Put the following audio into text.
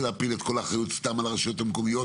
להפיל את כל האחריות על הרשויות המקומיות